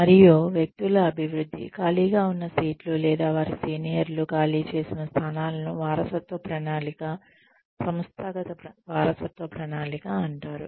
మరియు వ్యక్తుల అభివృద్ధి ఖాళీగా ఉన్న సీట్లు లేదా వారి సీనియర్లు ఖాళీ చేసిన స్థానాలను వారసత్వ ప్రణాళిక సంస్థాగత వారసత్వ ప్రణాళిక అంటారు